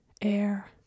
air